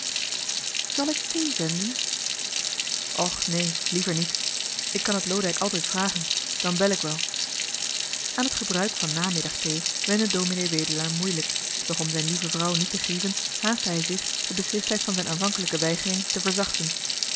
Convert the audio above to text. zal ik thee zenden och neen liever niet ik kan het loodijck altijd vragen dan bel ik wel aan het gebruik van namiddag thee wende ds wedelaar moeilijk doch om zijn lieve vrouw niet te grieven haastte hij zich de beslistheid van zijn aanvankelijke weigering te verzachten